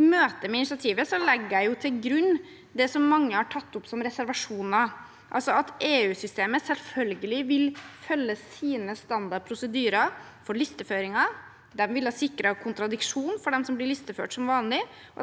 I møte med initiativet legger jeg til grunn det mange har tatt opp som reservasjoner, altså at EU-systemet selvfølgelig vil følge sine standard prosedyrer for listeføringen. Dette ville som vanlig sikret kontradiksjon for dem som blir listeført, og